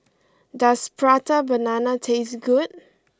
does Prata Banana taste good